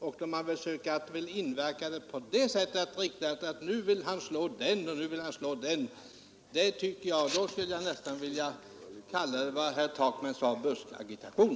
Om man försöker beskriva det så, att nu vill motionären slå den, och nu vill han slå den, — ja, då vill jag nästan kalla det, som herr Takman uttryckte sig, för buskagitation.